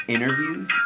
interviews